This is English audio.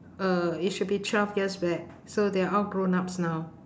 uh it should be twelve years back so they are all grown ups now